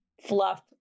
fluff